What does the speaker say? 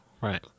Right